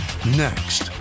next